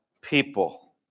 people